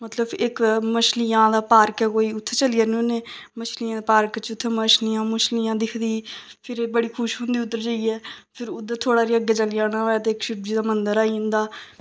मतलब इक मच्छलियें दा पार्क ऐ कोई उत्थें चली जन्ने होने मच्छलियें दे पार्क च उत्थें मछलियां मछलुयां दिखदी फिर बड़ी खुश होंदी उद्धर जाइयै फिर उद्धर थोह्ड़ा जेहा अग्गै चली जाना होऐ ते मंदर आई जंदा